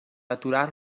aturar